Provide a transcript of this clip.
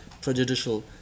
prejudicial